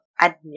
admit